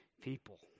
people